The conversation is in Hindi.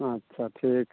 अच्छा ठीक है